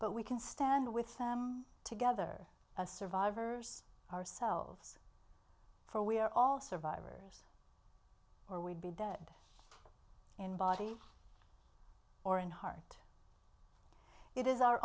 but we can stand with them together as survivors ourselves for we are all survivors or will be dead in body or in heart it is our